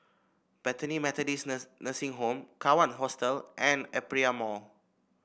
Bethany Methodist Nursing Home Kawan Hostel and Aperia Mall